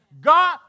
God